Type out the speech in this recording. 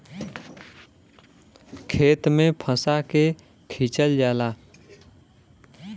खेत में फंसा के खिंचल जाला